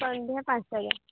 ସନ୍ଧ୍ୟା ପାଞ୍ଚଟା ଯାଏଁ